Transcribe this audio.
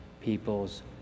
people's